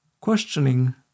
questioning